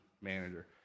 manager